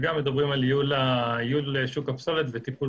מדברים גם על ייעול שוק הפסולת וטיפול